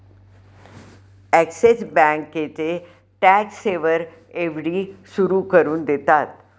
axis बँकेचे tax saver FD सुरू करून देतात